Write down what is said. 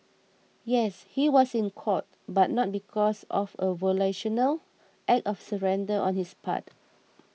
yes he was in court but not because of a volitional act of surrender on his part